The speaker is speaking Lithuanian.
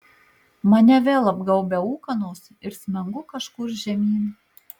mane vėl apgaubia ūkanos ir smengu kažkur žemyn